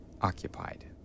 occupied